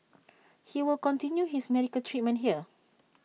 he will continue his medical treatment here